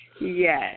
Yes